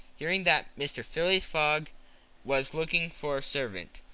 hearing that mr. phileas fogg was looking for a servant,